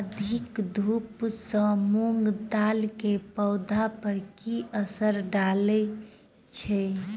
अधिक धूप सँ मूंग दालि केँ पौधा पर की असर डालय छै?